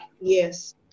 Yes